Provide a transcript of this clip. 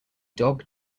dog